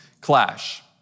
clash